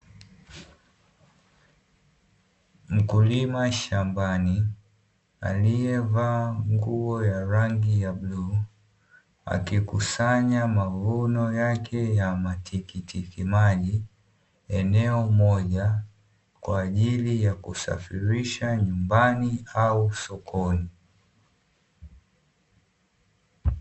Mkulima shambani aliyevaa nguo ya rangi ya bluu, akikusanya mavuno yake ya matikiti maji eneo moja kwa ajili ya kusafirisha nyumbani au sokoni.